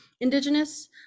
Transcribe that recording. indigenous